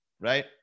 right